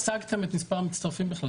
יש עלייה במס' המתגיירים החל מ-2016.